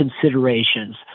considerations